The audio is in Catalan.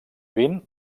vint